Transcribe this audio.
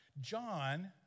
John